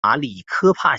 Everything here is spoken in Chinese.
马里科帕